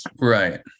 Right